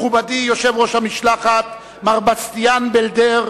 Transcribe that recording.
מכובדי יושב-ראש המשלחת, מר בסטיאן בלדר,